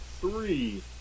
three